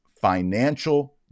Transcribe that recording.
financial